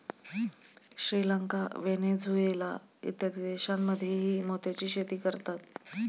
Sri Lanka, Venezuela इत्यादी देशांमध्येही मोत्याची शेती करतात